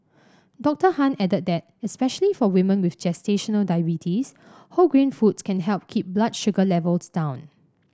Doctor Han added that especially for women with gestational diabetes whole grain foods can help keep blood sugar levels down